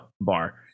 bar